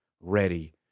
ready